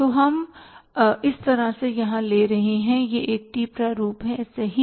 तो हम इस तरह से यहां ले रहे हैं यह एक टी प्रारूप हैसही